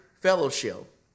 fellowship